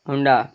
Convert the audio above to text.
Honda